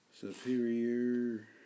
Superior